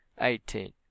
eighteen